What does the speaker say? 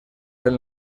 del